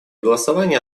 голосования